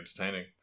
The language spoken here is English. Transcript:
entertaining